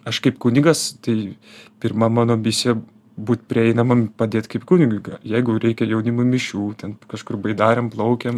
aš kaip kunigas tai pirma mano misija būt prieinamam padėt kaip kunigui jeigu reikia jaunimui mišių ten kažkur baidarėm plaukėm